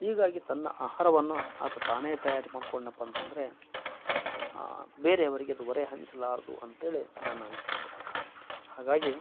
ಹೀಗಾಗಿ ತನ್ನ ಆಹಾರವನ್ನು ಆತ ತಾನೇ ತಯಾರಿ ಮಾಡ್ಕೊಂಡನಪ್ಪ ಅಂತಂದರೆ ಬೇರೆಯವರಿಗೆ ಅದು ಹೊರೆ ಅ ಸಲಾರ್ದು ಅಂತೇಳಿ ನನ್ನ ಅನಿಸಿಕೆ ಹಾಗಾಗಿ